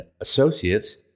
Associates